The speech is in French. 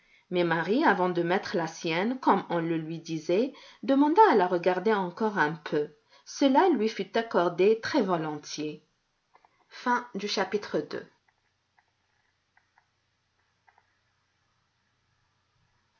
mais marie avant de mettre la sienne comme on le lui disait demanda à la regarder encore un peu cela lui fut accordé très-volontiers